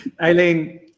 Aileen